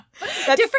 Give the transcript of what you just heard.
Different